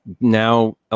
now